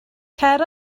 cer